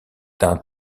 d’un